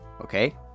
okay